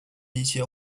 一些